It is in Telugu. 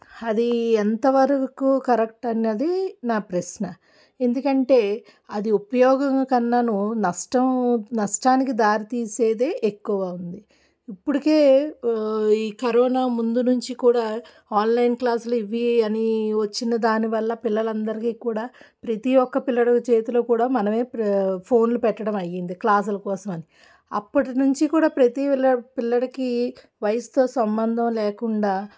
అది ఎంతవరకు కరెక్ట్ అన్నది నా ప్రశ్న ఎందుకంటే అది ఉపయోగం కన్నాను నష్టం నష్టానికి దారి తీసేదే ఎక్కువ ఉంది ఇప్పటికే ఈ కరోనా ముందు నుంచి కూడా ఆన్లైన్ క్లాసులు ఇవి అని వచ్చిన దానివల్ల పిల్లలందరికీ కూడా ప్రతి ఒక్క పిల్లడు చేతిలో కూడా మనమే ఫోన్లు పెట్టడం అయ్యింది క్లాసుల కోసం అని అప్పటినుంచి కూడా ప్రతి పిల్ల పిల్లడికి వయసుతో సంబంధం లేకుండా